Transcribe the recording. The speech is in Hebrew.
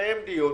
נקיים דיון,